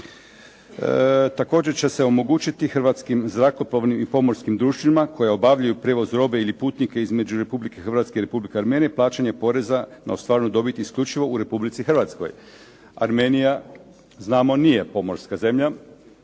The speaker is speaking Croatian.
„Također će se omogućiti Hrvatskim zrakoplovnim i pomorskim društvima koji obavljaju prijevoz robe ili putnike između Republike Hrvatske i Republike Armenije plaćanje poreza na ostvarenu dobit isključivo u Republici Hrvatskoj“. Armenija znamo nije pomorska zemlja,